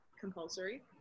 compulsory